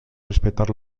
respetar